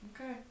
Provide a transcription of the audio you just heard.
Okay